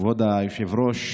כבוד היושב-ראש,